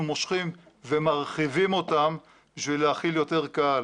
מושכים ומרחיבים אותן בשביל להכיל יותר קהל.